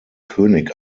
könig